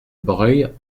breuil